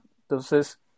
entonces